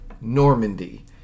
normandy